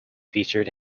featured